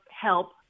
help